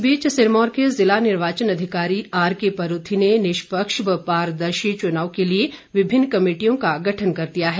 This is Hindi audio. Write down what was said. इस बीच सिरमौर के ज़िला निर्वाचन अधिकारी आरके परूथी ने निष्पक्ष व पारदर्शी चुनाव के लिए विभिन्न कमेटियों का गठन कर दिया है